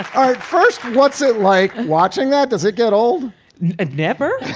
art first what's it like watching that? does it get old? it never